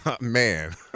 Man